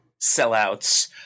sellouts